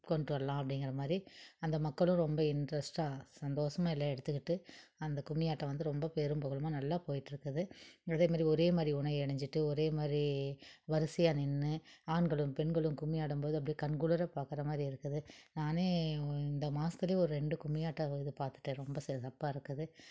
கொண்டு வரலாம் அப்படிங்கிற மாரி அந்த மக்களும் ரொம்ப இன்ட்ரெஸ்ட்டாக சந்தோசமாக எல்லாம் எடுத்துக்குட்டு அந்த கும்மியாட்டம் வந்து ரொம்ப பேரும் புகழுமா நல்ல போயிகிட்ருக்குது அதேமாதிரி ஒரேமாதிரி உடை அணிஞ்சிட்டு ஒரேமாதிரி வரிசையாக நின்று ஆண்களும் பெண்களும் கும்மி ஆடும் போது அப்படியே கண் குளிர பார்க்குறமாரி இருக்குது நானே இந்த மாசத்திலயே ஒரு ரெண்டு கும்மியாட்டங்கள் இது பார்த்துட்டேன் ரொம்ப சிறப்பாக இருக்குது